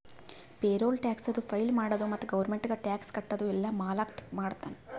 payroll ಟ್ಯಾಕ್ಸದು file ಮಾಡದು ಮತ್ತ ಗೌರ್ಮೆಂಟ್ಗ ಟ್ಯಾಕ್ಸ್ ಕಟ್ಟದು ಎಲ್ಲಾ ಮಾಲಕ್ ಮಾಡ್ತಾನ್